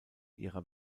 ihrer